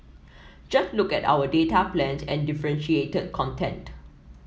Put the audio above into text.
just look at our data plans and differentiated content